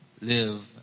live